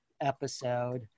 episode